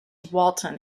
walton